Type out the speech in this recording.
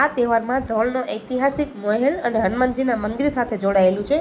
આ તહેવારમાં ધ્રોલનો ઐતિહાસિક મહેલ અને હનુમાનજીનાં મંદિર સાથે જોડાયેલું છે